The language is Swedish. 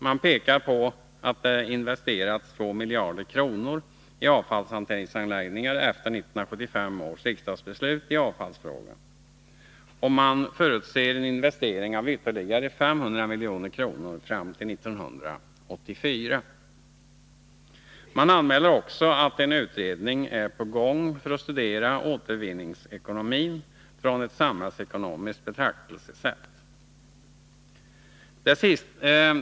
Man pekar på att det har investerats 2 miljarder kronor i avfallshanteringsanläggningar efter 1975 års riksdagsbeslut i avfallsfrågan, och man förutser en investering av ytterligare 500 milj.kr. fram till 1984. Man anmäler också att en utredning arbetar med att studera återvinningsekonomin från ett samhällsekonomiskt betraktelsesätt.